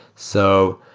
so,